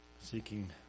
seeking